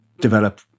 develop